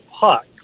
puck